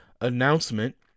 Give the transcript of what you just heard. announcement